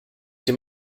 dem